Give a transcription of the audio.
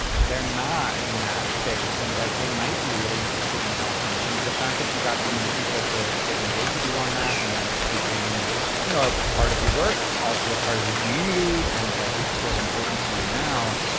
they're not in that space. and, like, they might be really interested in talking. and the fact that you got so many people to to engage with you on that and that it became you know a part of your work, also a part of your community, and like, it's still important to you now,